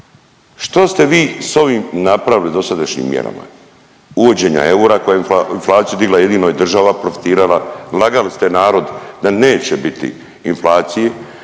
Što ste vi s ovim napravili dosadašnjim mjerama uvođenja eura koju je inflaciju digla jedino je država profitirala. Lagali ste narod da neće biti inflacije,